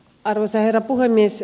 arvoisa herra puhemies